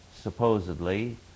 supposedly